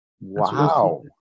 Wow